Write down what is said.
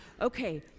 Okay